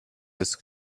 des